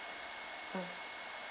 mm